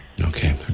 Okay